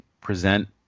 present